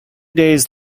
days